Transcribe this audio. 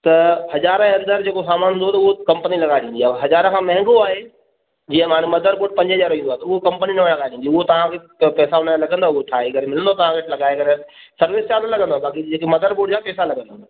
त हज़ार जे अंदरि जेको सामान हूंदो त उहो कंपनी लॻाए ॾींदी आहे हज़ार खां महांगो आहे जीअं माने मदर बोड पंजे हज़ारें ईंदो आहे त उहो कंपनी न हणाए ॾींदी उहे तव्हांखे पैसा हुन या लॻंदव उहो ठाहे करे मिलंदो तव्हांखे लॻाए करे सर्विस जा न लॻंदव बाक़ी जेके मदर बोड जा पैसा लॻंदव